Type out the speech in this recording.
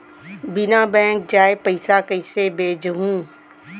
बिना बैंक जाये पइसा कइसे भेजहूँ?